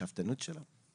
השאפתנות שלו.